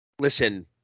Listen